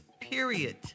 period